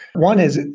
one is,